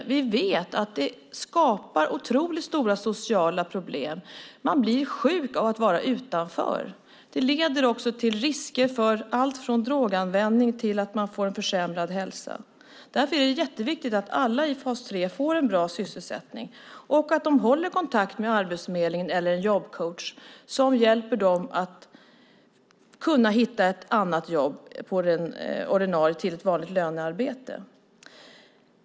Vi vet att det skapar otroligt stora sociala problem och att man blir sjuk av att vara utanför. Det leder också till risker för alltifrån droganvändning till försämrad hälsa. Därför är det jätteviktigt att alla i fas 3 får en bra sysselsättning och att de håller kontakt med arbetsförmedling eller jobbcoach som hjälper dem att hitta ett annat jobb, ett vanligt lönearbete.